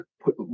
put